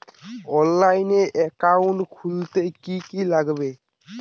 অনলাইনে একাউন্ট খুলতে কি কি লাগবে?